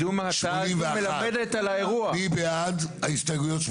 מי בעד ההסתייגויות?